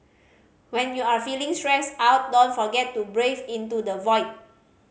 when you are feeling stressed out don't forget to breathe into the void